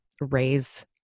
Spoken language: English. raise